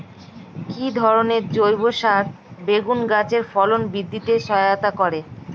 কি ধরনের জৈব সার বেগুন গাছে ফলন বৃদ্ধিতে সহায়তা করে?